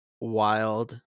wild